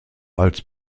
als